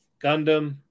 Gundam